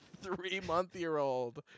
three-month-year-old